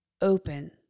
open